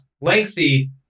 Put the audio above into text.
lengthy